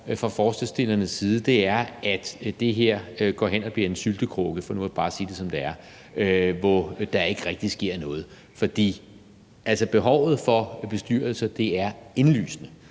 fra forslagsstillernes side, er, at det her går hen og bliver en syltekrukke – for nu bare at sige det, som det er – hvor der ikke rigtig sker noget. Behovet for bestyrelser er indlysende,